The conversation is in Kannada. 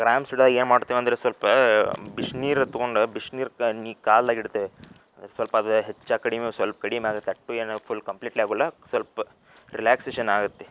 ಕ್ರ್ಯಾಂಪ್ಸ್ ಹಿಡ್ದಾಗ ಏನು ಮಾಡ್ತೇವೆ ಅಂದರೆ ಸ್ವಲ್ಪ ಬಿಸ್ನೀರ ತಗೊಂಡು ಬಿಸ್ನೀರ್ ಕಾ ನೀ ಕಾಲ್ದಾಗ ಇಡ್ತೇವೆ ಸ್ವಲ್ಪ ಅದು ಹೆಚ್ಚು ಕಡಿಮೆ ಸಲ್ಪ ಕಡಿಮೆ ಆಗತ್ತೆ ಅಷ್ಟೂ ಏನು ಫುಲ್ ಕಂಪ್ಲೀಟ್ಲಿ ಆಗೋಲ್ಲ ಸ್ವಲ್ಪ ರಿಲ್ಯಾಕ್ಸೇಷನ್ ಆಗುತ್ತೆ